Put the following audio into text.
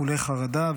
אכולי חרדה,